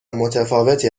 متفاوتی